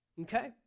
Okay